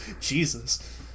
Jesus